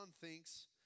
thinks